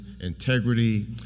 integrity